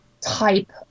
type